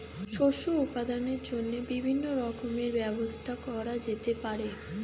শস্য উৎপাদনের জন্য বিভিন্ন রকমের ব্যবস্থা করা যেতে পারে